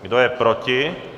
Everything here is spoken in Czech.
Kdo je proti?